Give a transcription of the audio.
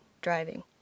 driving